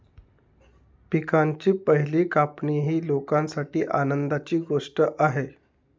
पिकांची पहिली कापणी ही लोकांसाठी आनंदाची गोष्ट आहे